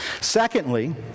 Secondly